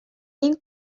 این